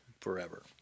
forever